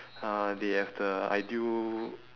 uh they have the ideal